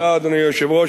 תודה, אדוני היושב-ראש.